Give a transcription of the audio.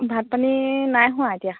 ভাত পানী নাই হোৱা এতিয়া